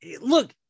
look